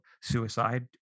suicide